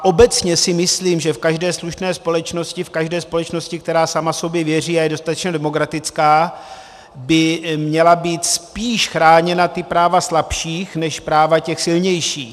Obecně si myslím, že v každé slušné společnosti, v každé společnosti, která sama sobě věří a je dostatečně demokratická, by měla být spíš chráněna práva slabších než práva těch silnějších.